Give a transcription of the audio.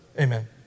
amen